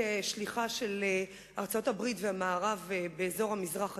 כשליחה של ארצות-הברית והמערב במזרח התיכון.